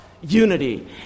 unity